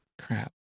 Crap